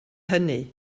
hynny